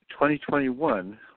2021